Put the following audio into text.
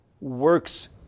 works